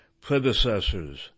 predecessors